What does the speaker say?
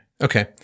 okay